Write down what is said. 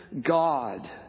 God